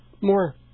more